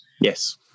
Yes